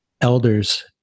elders